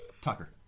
Tucker